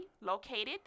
located